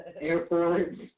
Airports